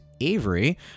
Avery